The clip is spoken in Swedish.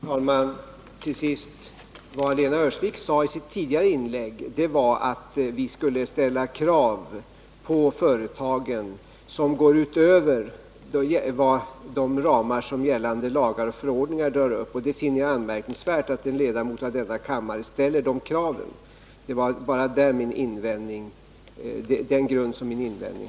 Herr talman! Till sist: Vad Lena Öhrsvik sade i sitt tidigare inlägg var att vi skulle ställa krav på företagen som går utöver de ramar som gällande lagar och förordningar drar upp. Jag finner det anmärkningsvärt att en ledamot av denna kammare ställer sådana krav. Det var bara det som var orsaken till min invändning.